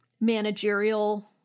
managerial